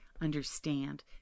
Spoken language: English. understand